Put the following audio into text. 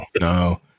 no